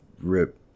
rip